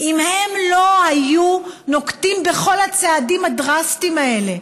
אם הם לא היו נוקטים את כל הצעדים הדרסטיים האלה?